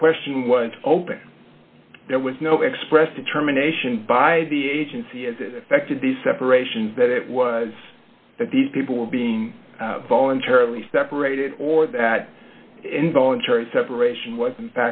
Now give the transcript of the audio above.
the question was open there was no express determination by the agency as it affected the separation that it was that these people were being voluntarily separated or that involuntary separation was